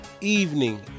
evening